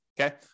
okay